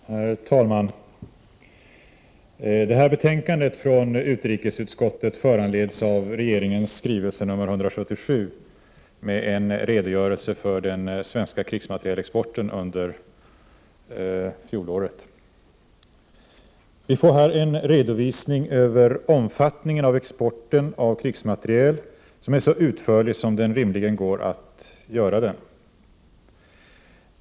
Herr talman! Det här betänkandet från utrikesutskottet föranleds av regeringens skrivelse nr 177 med en redogörelse för den svenska krigsmaterielexporten under fjolåret. Vi får här en redovisning över omfattningen av exporten av krigsmateriel som är så utförlig som det rimligen går att göra den.